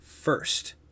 first